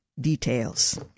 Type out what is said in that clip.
details